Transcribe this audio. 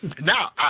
Now